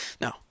no